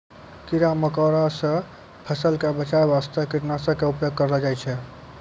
कीड़ा मकोड़ा सॅ फसल क बचाय वास्तॅ कीटनाशक के उपयोग करलो जाय छै